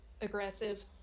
aggressive